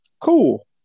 Cool